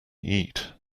eat